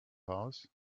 house